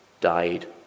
died